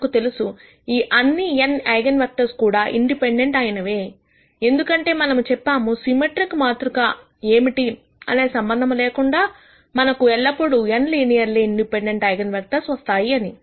మనకు తెలుసు ఈ అన్ని n ఐగన్ వెక్టర్స్ కూడా ఇండిపెండెంట్ అయినవే ఎందుకంటే మనము చెప్పాము సిమెట్రిక్ మాతృక ఏమిటి అనే సంబంధము లేకుండా మనకు ఎల్లప్పుడు n linearly independent eigen vectors వస్తాయి అని